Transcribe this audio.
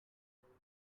saving